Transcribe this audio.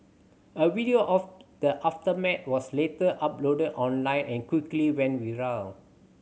a video of the aftermath was later uploaded online and quickly went viral